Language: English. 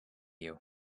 you